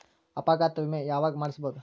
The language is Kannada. ಅಪಘಾತ ವಿಮೆ ಯಾವಗ ಮಾಡಿಸ್ಬೊದು?